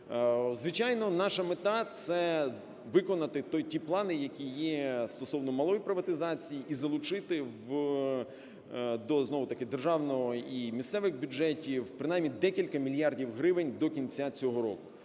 Звичайно, наша мета – це виконати ті плани, які є стосовно малої приватизації, і залучити знову ж таки до державного і місцевих бюджетів, принаймні декілька мільярдів гривень до кінця цього року.